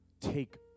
Take